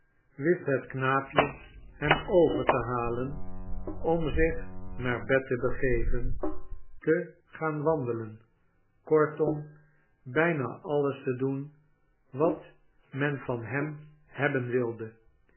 wist het knaapje hem over te halen om zich naar bed te begeven te gaan wandelen kortom bijna alles te doen wat men van hem hebben wilde